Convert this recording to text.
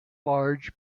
large